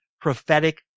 prophetic